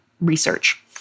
research